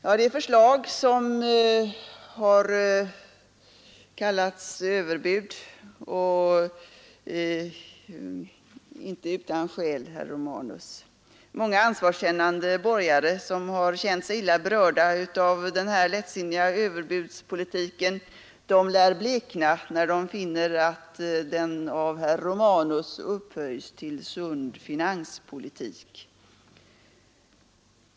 Det är förslag, som inte utan skäl kallats överbud, herr Romanus. Många ansvarskännande borgare, som känt sig illa berörda av denna lättsinniga överbudspolitik, lär blekna när de finner att den av herr Romanus upphöjs till sund finanspolitik.